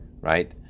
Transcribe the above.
right